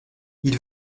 ils